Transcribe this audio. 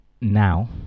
now